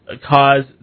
cause